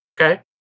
Okay